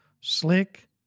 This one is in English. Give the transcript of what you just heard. slick